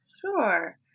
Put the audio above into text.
Sure